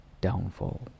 downfall